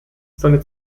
seine